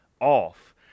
off